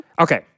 Okay